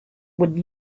would